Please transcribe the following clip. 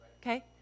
Okay